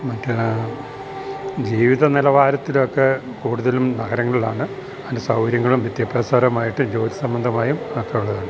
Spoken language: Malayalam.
മറ്റ് ജീവിത നിലവാരത്തിൽ ഒക്കെ കൂടുതലും നഗരങ്ങളിലാണ് അതിന്റെ സൗകര്യങ്ങളും വിദ്യാഭ്യാസപരമായിട്ട് ജോലി സംബന്ധമായും മാത്രമുള്ളതാണ്